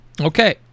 Okay